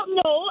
no